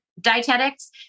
dietetics